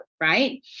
right